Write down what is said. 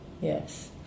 Yes